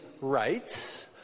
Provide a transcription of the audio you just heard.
rights